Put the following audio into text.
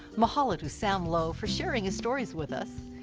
mahalo to sam low for sharing his stories with us,